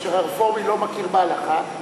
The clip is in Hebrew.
כשהרפורמי לא מכיר בהלכה.